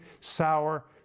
sour